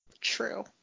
True